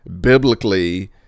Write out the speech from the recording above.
Biblically